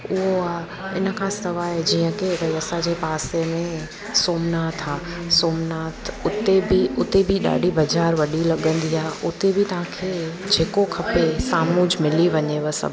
उहो आहे इन खां सवाइ जीअं की भाई असांजे पासे में सोमनाथ आहे सोमनाथ उते बि उते बि ॾाढी बज़ार वॾी लॻंदी आहे उते बि तव्हां खे जेको खपे साम्हूं मिली वञेव सभु